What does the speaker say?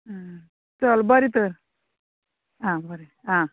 चल बरें तर आं बरें आं